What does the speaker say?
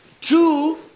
two